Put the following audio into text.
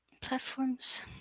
Platforms